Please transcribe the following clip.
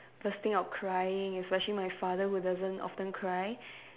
bursting out crying especially my father who doesn't often cry